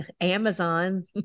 Amazon